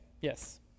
yes